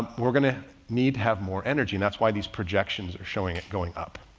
we're gonna need, have more energy. and that's why these projections are showing it going up.